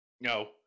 no